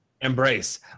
embrace